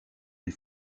des